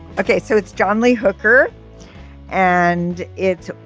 ok. so it's john lee hooker and it's.